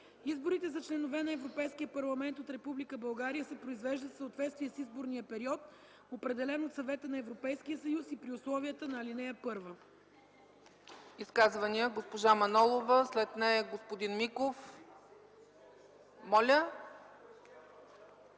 Изборите за членове на Европейския парламент от Република България се произвеждат в съответствие с изборния период, определен от Съвета на Европейския съюз и при условията на ал. 1.”